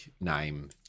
name